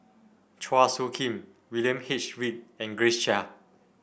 Chua Soo Khim William H Read and Grace Chia